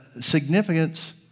significance